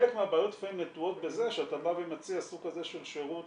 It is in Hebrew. חלק מהבעיות לפעמים נטועות בזה שאתה בא ומציע סוג כזה של שירות